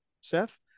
Seth